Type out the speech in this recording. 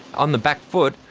on the back foot,